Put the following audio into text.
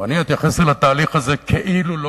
ואני מתייחס אל התהליך הזה כאילו לא